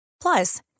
Plus